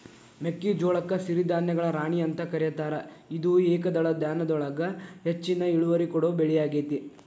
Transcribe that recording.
ಮೆಕ್ಕಿಜೋಳಕ್ಕ ಸಿರಿಧಾನ್ಯಗಳ ರಾಣಿ ಅಂತ ಕರೇತಾರ, ಇದು ಏಕದಳ ಧಾನ್ಯದೊಳಗ ಹೆಚ್ಚಿನ ಇಳುವರಿ ಕೊಡೋ ಬೆಳಿಯಾಗೇತಿ